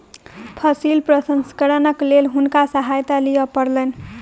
फसिल प्रसंस्करणक लेल हुनका सहायता लिअ पड़लैन